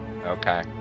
Okay